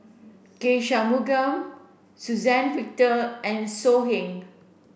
K Shanmugam Suzann Victor and So Heng